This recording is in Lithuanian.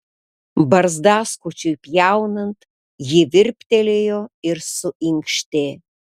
barzdaskučiui pjaunant ji virptelėjo ir suinkštė